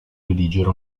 redigere